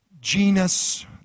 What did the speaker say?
genus